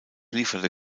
lieferte